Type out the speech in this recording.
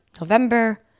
November